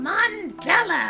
Mandela